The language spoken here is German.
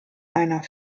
einer